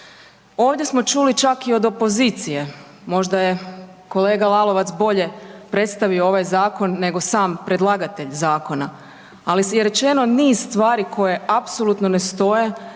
Ovdje smo čuli čak i od opozicije, možda je kolega Lalovac bolje predstavio ovaj zakon nego sam predlagatelj zakona, ali je rečeno niz stvari koje apsolutno ne stoje.